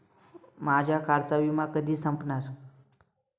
माझ्या कारचा विमा कधी संपणार